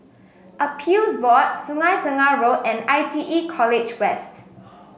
Appeals Board Sungei Tengah Road and I T E College West